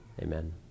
Amen